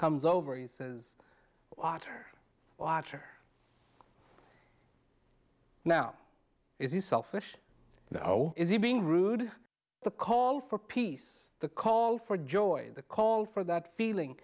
comes over he says water water now is the selfish oh is he being rude the call for peace the call for joy the call for that feeling